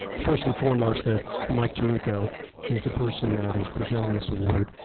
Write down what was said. first and foremost that mike tirico is the person that is presenting this award.